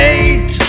Eight